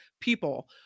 people